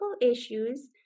issues